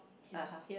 (uh huh)